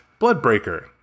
Bloodbreaker